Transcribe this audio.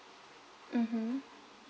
mmhmm